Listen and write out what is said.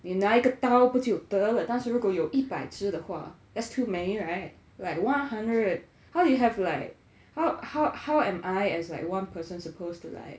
你拿一个刀不就得了但是如果有一百只的话 that's too many right like one hundred how do you have like how how how am I as like one person supposed to like